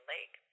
Lake